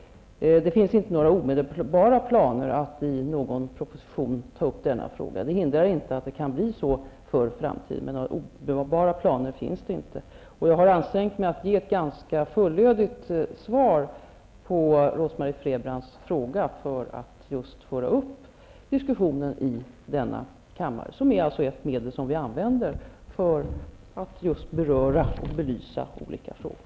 Det finns inte några omedelbara planer på att i någon proposition ta upp denna fråga. Detta hindrar inte att så kan bli fallet i framtiden. Jag har ansträngt mig för att ge ett ganska fullödigt svar på Rose Marie Frebrans fråga för att få i gång en diskussion i denna kammare, ett sätt som vi använder för att beröra och belysa olika frågor.